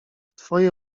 twoje